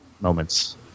moments